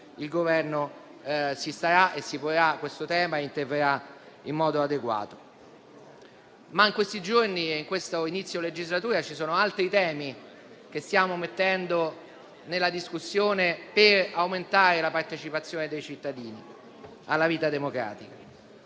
il Governo si porrà il tema e interverrà in modo adeguato. Tuttavia, in questi giorni di inizio legislatura ci sono altri temi che stiamo inserendo nella discussione per aumentare la partecipazione dei cittadini alla vita democratica.